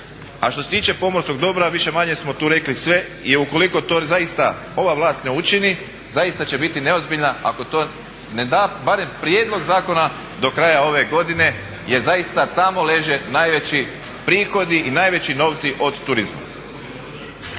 A što se tiče pomorskog dobra više-manje smo tu rekli sve i ukoliko to zaista ova vlast ne učini, zaista će biti neozbiljna ako to ne da barem prijedlog zakona do kraja ove godine, jer zaista tamo leže najveći prihodi i najveći novci od turizma.